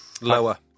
Lower